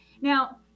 Now